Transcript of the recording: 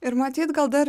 ir matyt gal dar